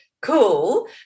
cool